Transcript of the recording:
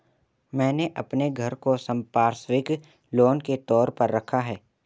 मैंने अपने घर को संपार्श्विक लोन के तौर पर रखा है